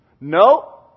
No